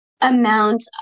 amount